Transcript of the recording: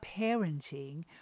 parenting